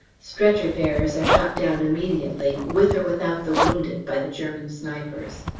stretcher-bearers are shot down immediately, with or without the wounded, by the german snipers.